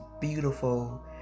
beautiful